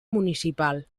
municipal